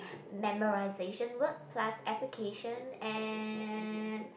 memorization work plus application and